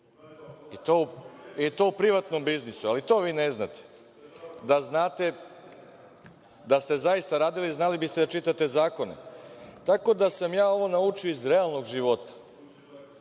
u privatnom biznisu. Ali, to vi ne znate. Da znate, da ste zaista radili, znali biste da čitate zakon. Tako da sam ja ovo naučio iz realnog života,